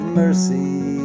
mercy